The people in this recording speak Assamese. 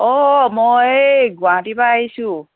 অঁ মই এই গুৱাহাটীৰপৰা আহিছোঁ